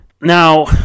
Now